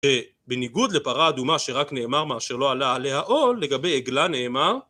בניגוד לפרה אדומה שרק נאמר מאשר לא עלה עליה עול לגבי עגלה נאמר..